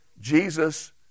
Jesus